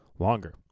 longer